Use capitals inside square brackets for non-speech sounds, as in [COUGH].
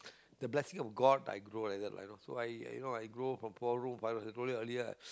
[BREATH] the blessing of god I grow like that you know so I grow from four room five room I told you earlier [BREATH]